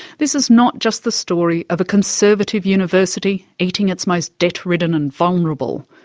this is not just the story of a conservative university eating its most debt-ridden and vulnerable.